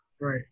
right